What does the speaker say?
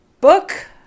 book